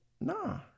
Nah